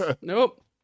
nope